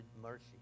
mercy